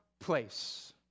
place